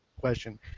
question